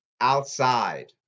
outside